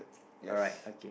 yes